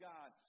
God